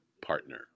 partner